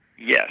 Yes